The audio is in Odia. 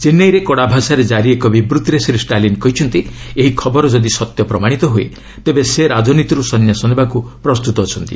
ଚେନ୍ନାଇରେ କଡ଼ା ଭାଷାରେ ଜାରି ଏକ ବିବୃତ୍ତିରେ ଶ୍ରୀ ଷ୍ଟାଲିନ୍ କହିଛନ୍ତି ଏହି ଖବର ଯଦି ସତ୍ୟ ପ୍ରମାଣିତ ହୁଏ ତେବେ ସେ ରାଜନୀତିରୁ ସନ୍ଧ୍ୟାସ ନେବାକୁ ପ୍ରସ୍ତୁତ ଅଛନ୍ତି